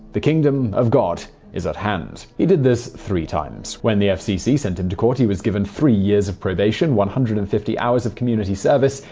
the kingdom of god is at hand! he did this three times. when the fcc sent him to court, he was charged three years of probation, one hundred and fifty hours of community service,